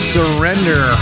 Surrender